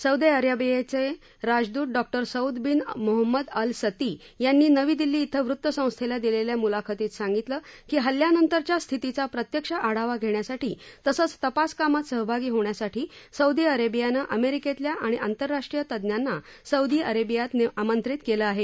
Saudi अरेबियाचे राजद्रत Dr Saud bin Mohammed Al Sati यांनी नवी दिल्ली इथं वृतसंस्थेला दिलेल्या मुलाखतीत सांगितलं की हल्ल्यानंतरच्या स्थितीचा प्रत्यक्ष आढावा घेण्यासाठी तसंच तपासकामात सहभागी होण्यासाठी अमेरिकेतल्या आणि आंतरराष्ट्रीय तज्ञांना सौदी अरेबिया आमंत्रित करणार आहे